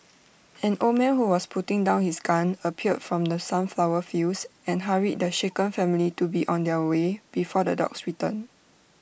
an old man who was putting down his gun appeared from the sunflower fields and hurried the shaken family to be on their way before the dogs return